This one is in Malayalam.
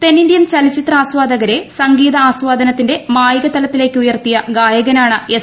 തെന്നിന്തൃൻ ചലച്ചിത്രാസ്വാദകരെ സംഗീതാസ്വാദനത്തിന്റെ മായികതലത്തിലേയ്ക്കുയർത്തിയ ഗായകനാണ് എസ്